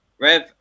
Rev